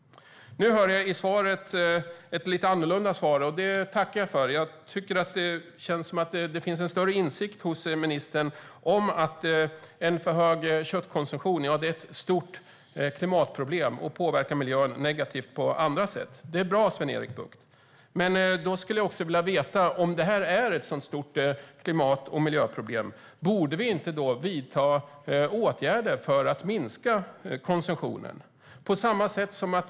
Nu får jag ett lite annorlunda svar, vilket jag tackar för. Det känns som att det finns en större insikt hos ministern om att en för hög köttkonsumtion är ett stort klimatproblem som också påverkar miljön negativt på andra sätt. Det är bra, Sven-Erik Bucht. Men om det är ett sådant stort miljöproblem, borde vi då inte vidta åtgärder för att minska konsumtionen?